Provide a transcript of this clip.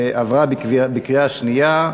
עברה בקריאה שנייה.